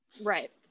Right